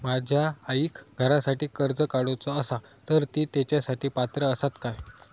माझ्या आईक घरासाठी कर्ज काढूचा असा तर ती तेच्यासाठी पात्र असात काय?